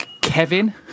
Kevin